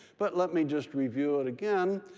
but let me just review it again.